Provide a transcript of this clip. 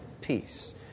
peace